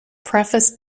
preface